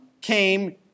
came